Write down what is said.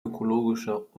ökologischer